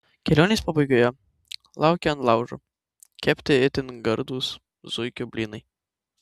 kelionės pabaigoje laukia ant laužo kepti itin gardūs zuikio blynai